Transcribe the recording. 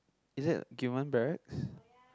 is that Gilman Barracks